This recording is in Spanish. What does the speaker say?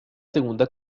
segunda